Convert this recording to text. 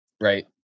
Right